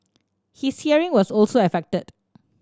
his hearing was also affected